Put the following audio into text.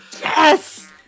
Yes